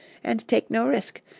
and take no risk,